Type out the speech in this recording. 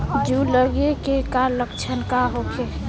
जूं लगे के का लक्षण का होखे?